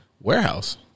warehouse